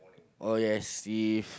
oh yes if